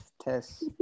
test